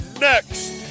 Next